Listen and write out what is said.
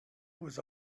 was